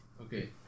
okay